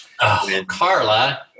Carla